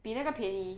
比那个便宜